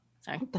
Sorry